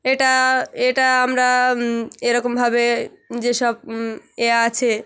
এটা এটা আমরা এরকমভাবে যেসব এ আছে